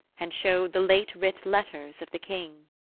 and showed the late-writ letters of the king.